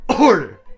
Order